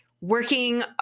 working